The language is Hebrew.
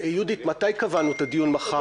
יהודית, מתי קבענו את הדיון מחר?